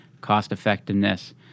cost-effectiveness